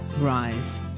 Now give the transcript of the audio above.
Rise